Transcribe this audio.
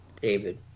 David